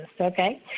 okay